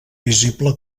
visible